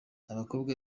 abakobwa